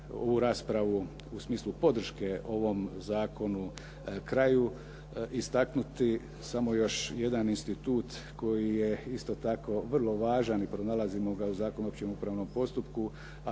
ovu raspravu, u smislu podrške ovom zakonu kraju, istaknuti samo još jedan institut koji je isto tako vrlo važan i pronalazimo ga u Zakonu o općem upravnom postupku,